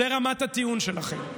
זו רמת הטיעון שלכם.